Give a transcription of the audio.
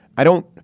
i don't.